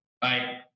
Bye